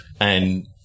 and-